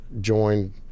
joined